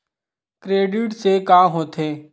Credit से का होथे?